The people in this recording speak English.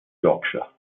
yorkshire